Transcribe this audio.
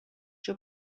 your